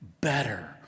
better